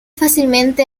fácilmente